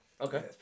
Okay